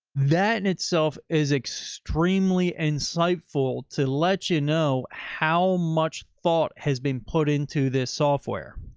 that in itself is extremely insightful to let you know how much thought has been put into this software.